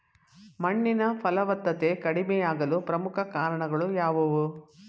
ಮಣ್ಣಿನ ಫಲವತ್ತತೆ ಕಡಿಮೆಯಾಗಲು ಪ್ರಮುಖ ಕಾರಣಗಳು ಯಾವುವು?